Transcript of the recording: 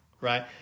right